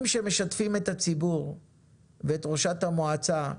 שמשתפים את הציבור ואת ראשת המועצה,